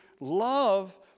love